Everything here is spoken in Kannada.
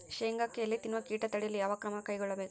ಶೇಂಗಾಕ್ಕೆ ಎಲೆ ತಿನ್ನುವ ಕೇಟ ತಡೆಯಲು ಯಾವ ಕ್ರಮ ಕೈಗೊಳ್ಳಬೇಕು?